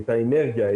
את האנרגיה,